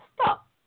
stop